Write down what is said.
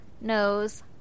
nose